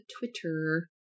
Twitter